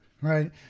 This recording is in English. right